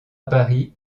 paris